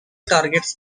targets